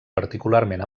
particularment